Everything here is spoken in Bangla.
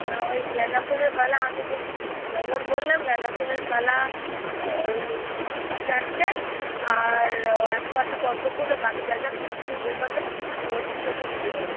না ওই গেঁদাফুলের মালা আমি যে যেমন বললাম গেঁদাফুলের মালা ওই চারটে আর একশো আটটা পদ্মফুল বাকি যা যা ফুল বেলপাতা সমস্তকিছু আপনি দিয়ে দেবেন